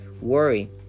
worry